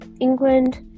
England